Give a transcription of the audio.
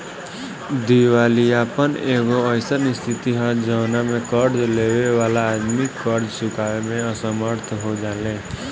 दिवालियापन एगो अईसन स्थिति ह जवना में कर्ज लेबे वाला आदमी कर्ज चुकावे में असमर्थ हो जाले